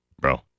bro